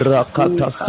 Rakata